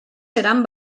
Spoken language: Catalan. seran